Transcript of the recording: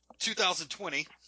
2020